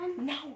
No